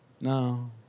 no